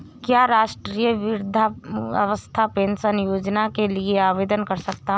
क्या मैं राष्ट्रीय वृद्धावस्था पेंशन योजना के लिए आवेदन कर सकता हूँ?